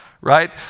right